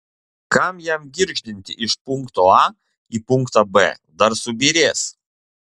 kam jam girgždinti iš punkto a į punktą b dar subyrės